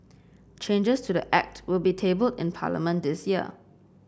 changes to the Act will be tabled in Parliament this year